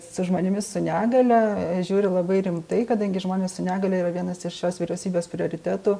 su žmonėmis su negalia žiūri labai rimtai kadangi žmonės su negalia yra vienas iš šios vyriausybės prioritetų